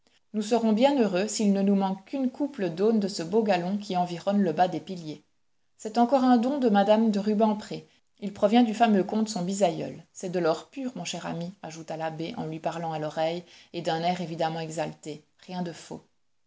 nous serons bien heureux s'il ne nous manque qu'une couple d'aunes de ce beau galon qui environne le bas des piliers c'est encore un don de mme de rubempré il provient du fameux comte son bisaïeul c'est de l'or pur mon cher ami ajouta l'abbé en lui parlant à l'oreille et d'un air évidemment exalté rien de faux